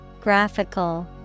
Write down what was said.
Graphical